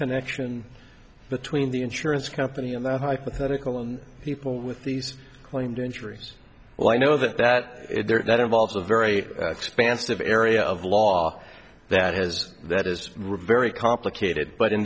connection between the insurance company and the hypothetical and people with these claimed injuries well i know that that that involves a very expansive area of law that has that is very complicated but in